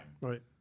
Right